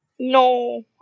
No